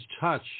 touch